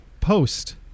post